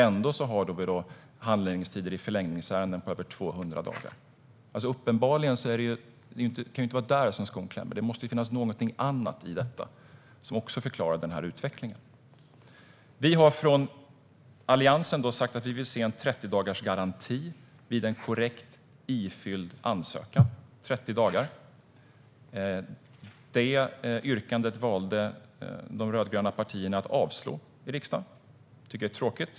Ändå har vi handläggningstider när det gäller förlängningsärenden på över 200 dagar. Det kan inte vara där skon klämmer. Det måste finnas någonting annat i detta som förklarar utvecklingen. Vi har från Alliansen sagt att vi vill se en 30-dagarsgaranti vid en korrekt ifylld ansökan. Det yrkandet valde de rödgröna partierna att avslå i riksdagen. Det tycker jag är tråkigt.